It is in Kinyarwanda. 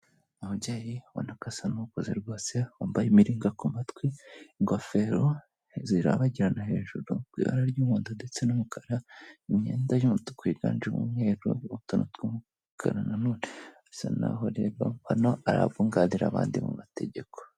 Umubyeyi ubona ko asa n'ukuze rwose, wambaye imiringa ku matwi, ingofero zirabagirana hejuru ku ibara ry'umuhondo ndetse n'umukara, imyenda y'umutuku yiganjemo umweru, utuntu tw'umukara nanone, asa n'aho rero bano ari abunganira abandi mu mategeko.